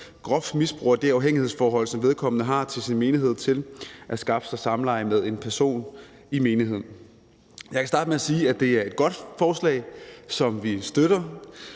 groft misbruger det afhængighedsforhold, som vedkommende har til sin menighed, til at skaffe sig samleje med en person i menigheden. Jeg kan starte med at sige, at det er et godt forslag, som vi støtter.